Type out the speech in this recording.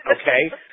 Okay